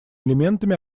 элементами